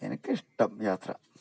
എനിക്കിഷ്ട്ടം യാത്ര